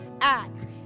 act